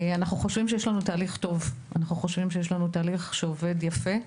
אנחנו חושבים שיש לנו תהליך טוב, תהליך שעובד יפה,